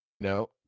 No